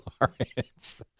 Lawrence